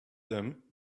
them